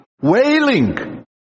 wailing